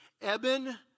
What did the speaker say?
Eben